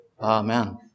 Amen